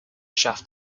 shaft